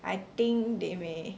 I think they may